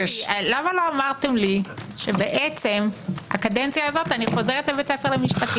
למה לא אמרתם לי שהקדנציה הזו אני חוזרת לבית ספר למשפטים?